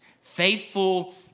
Faithful